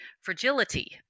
fragility